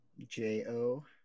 J-O